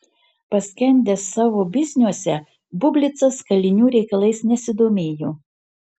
paskendęs savo bizniuose bublicas kalinių reikalais nesidomėjo